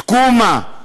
תקומה,